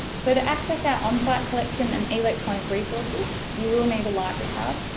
so to access our on-site collection and electronic resources, you will need a library card.